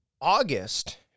August